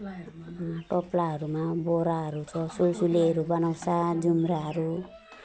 टोप्लाहरूमा बोराहरू छ सुलसुलेहरू गनाउँछ जुम्राहरू